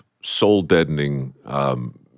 soul-deadening